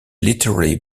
literally